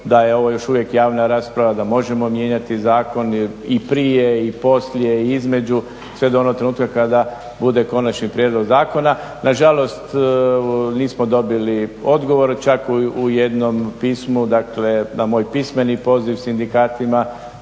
da je ovo još uvijek javna rasprava, da možemo mijenjati zakon i prije i poslije i između sve do onog trenutka kada bude konačni prijedlog zakona, nažalost nismo dobili odgovor. Čak u jednom pismu na moj pismeni poziv sindikatima